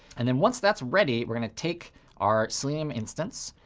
and then once that's ready, we're going to take our selenium instance.